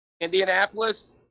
Indianapolis